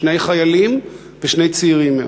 שני חיילים ושני צעירים מאוד.